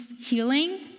healing